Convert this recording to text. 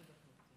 15 דקות.